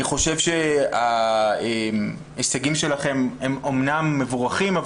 אני חושב שההישגים שלהם הם אמנם מבורכים,